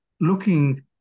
looking